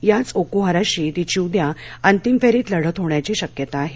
याचं ओकुहारा शी तिची उद्या अंतिम फेरीत लढत होण्याची शक्यता आहे